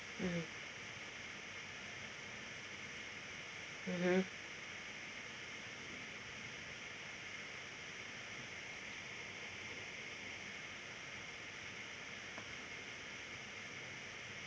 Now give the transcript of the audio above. mmhmm mmhmm